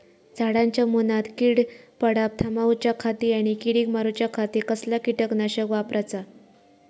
झाडांच्या मूनात कीड पडाप थामाउच्या खाती आणि किडीक मारूच्याखाती कसला किटकनाशक वापराचा?